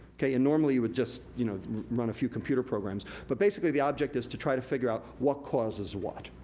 and normally you would just you know run a few computer programs, but basically, the object is to try to figure out what causes what,